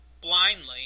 blindly